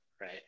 Right